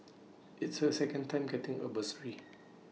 it's her second time getting A bursary